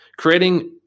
Creating